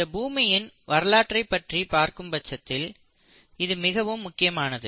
இந்த பூமியின் வரலாற்றைப் பற்றி பார்க்கும் பட்சத்தில் இது மிகவும் முக்கியமானது